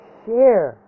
share